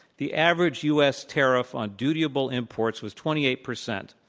the average us tariff on dutiable imports was twenty eight percent.